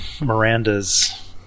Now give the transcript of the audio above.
miranda's